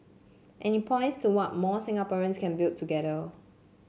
and it points to what more Singaporeans can build together